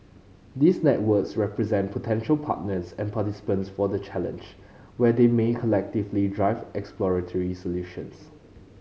these networks represent potential partners and participants for the challenge where they may collectively drive exploratory solutions